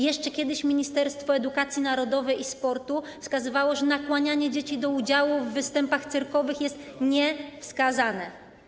Jeszcze kiedyś Ministerstwo Edukacji Narodowej i Sportu wskazywało, że nakłanianie dzieci do udziału w występach cyrkowych jest niezalecane.